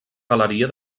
galeria